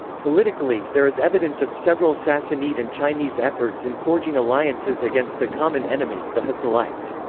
politically, there is evidence of several sassanid and chinese efforts in forging alliances against the common enemy, the hephthalites.